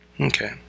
Okay